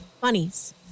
bunnies